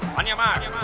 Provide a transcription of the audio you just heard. on your mark,